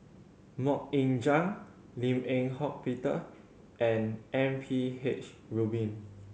Mok Ying Jang Lim Eng Hock Peter and M P H Rubin